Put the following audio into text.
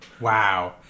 Wow